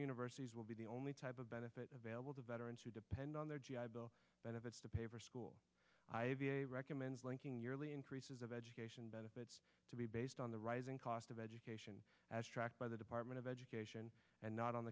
universities will be the only type of benefit of ailill the veterans who depend on their g i bill benefits to pay for school i have a recommends linking yearly increases of education benefits to be based on the rising cost of education as tracked by the department of education and not on